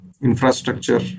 infrastructure